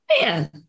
man